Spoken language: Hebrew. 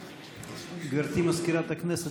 גברתי מזכירת הכנסת,